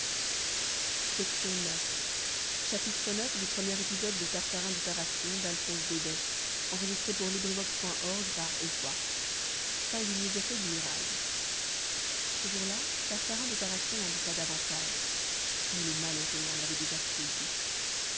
ce jour-là tartarin de tarascon n'en dit pas davantage ix singuliers effets du mirage ce jour-là tartarin de tarascon n'en dit pas davantage mais le malheureux en avait déjà trop dit